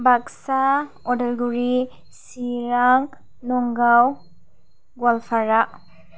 Baksa Udalguri Chirang Nagaon Goalpara